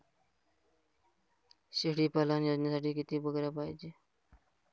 शेळी पालन योजनेसाठी किती बकऱ्या पायजे?